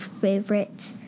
favorites